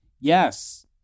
Yes